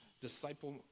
disciple